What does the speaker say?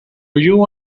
you